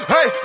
Hey